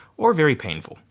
or very painful,